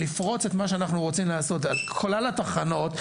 לפרוש את מה שאנחנו רוצים על כלל התחנות,